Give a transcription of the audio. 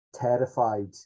terrified